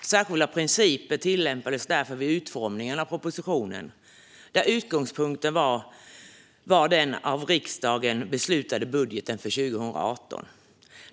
Särskilda principer tillämpades därför vid utformningen av propositionen, där utgångspunkten var den av riksdagen beslutade budgeten för 2018.